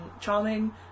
charming